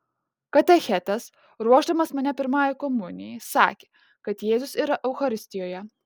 katechetas ruošdamas mane pirmajai komunijai sakė kad jėzus yra eucharistijoje